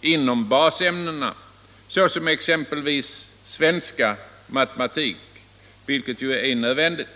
i basämnena, som svenska och matematik, vilket är nödvändigt.